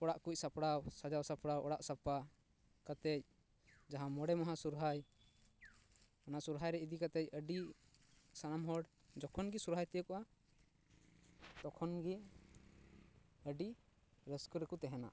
ᱚᱲᱟᱜ ᱠᱚ ᱥᱟᱯᱲᱟᱣ ᱥᱟᱡᱟᱣ ᱥᱟᱯᱲᱟᱣ ᱚᱲᱟᱜ ᱠᱟᱛᱮᱫ ᱡᱟᱦᱟᱸ ᱢᱚᱬᱮ ᱢᱟᱦᱟ ᱥᱚᱦᱚᱨᱟᱭ ᱚᱱᱟ ᱥᱚᱦᱚᱨᱟᱭ ᱨᱮ ᱤᱫᱤ ᱠᱟᱛᱮ ᱟᱹᱰᱤ ᱥᱟᱱᱟᱢ ᱦᱚᱲ ᱡᱚᱠᱷᱚᱱ ᱜᱮ ᱥᱚᱦᱚᱨᱟᱭ ᱛᱤᱭᱳᱜᱚᱜᱼᱟ ᱛᱚᱠᱷᱚᱱ ᱜᱮ ᱟᱹᱰᱤ ᱨᱟᱹᱥᱠᱟᱹ ᱨᱮᱠᱚ ᱛᱟᱦᱮᱸᱱᱟ